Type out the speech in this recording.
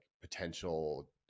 potential